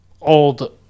Old